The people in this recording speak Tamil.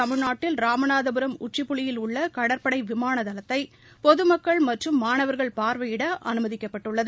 தமிழ்நாட்டில் ராமநாதபுரம் உச்சிபுளியில் உள்ள கடற்படை விமான தளத்தை பொதுமக்கள் மற்றும் மாணவர்கள் பார்வையிட அனுமதிக்கப்பட்டுள்ளது